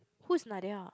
who is Nadia